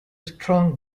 strong